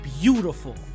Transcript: beautiful